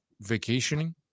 vacationing